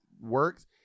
works